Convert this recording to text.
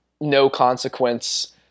no-consequence